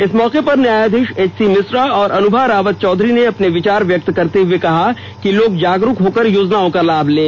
इस मौके पर न्यायाधीश एच सी मिश्रा और अनुभा रावत चौधरी ने अपने विचार व्यक्त करते हुए कहा कि लोग जागरूक होकर योजनाओं का लाभ लें